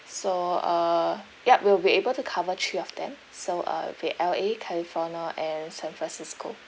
so uh yup we'll be able to cover three of them so uh it'll be L_A california and san francisco